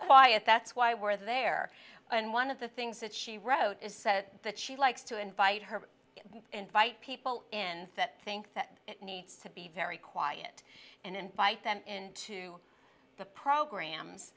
quiet that's why we're there and one of the things that she wrote is said that she likes to invite her invite people in that think that it needs to be very quiet and invite them into the programs